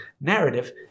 narrative